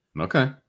Okay